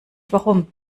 warum